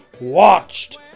watched